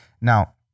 Now